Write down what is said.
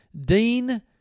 Dean